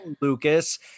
Lucas